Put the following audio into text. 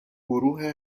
گروه